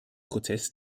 prozess